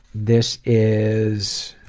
this is